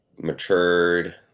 matured